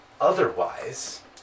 otherwise